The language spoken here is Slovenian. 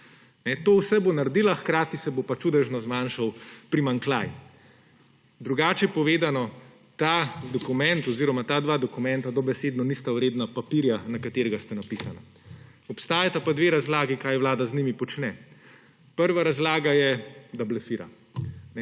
to bo naredila, hkrati se bo pa čudežno zmanjšal primanjkljaj. Drugače povedano, ta dokument oziroma ta dva dokumenta dobesedno nista vredna papirja, na katerega sta napisana. Obstajata pa dve razlagi, kaj Vlada z njimi počne. Prva razlaga je, da blefira.